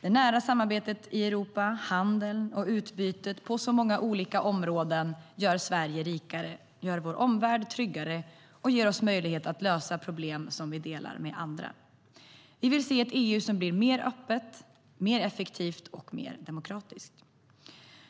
Det nära samarbetet i Europa, handeln och utbytet på så många olika områden gör Sverige rikare, gör vår omvärld tryggare och ger oss möjlighet att lösa problem som vi delar med andra.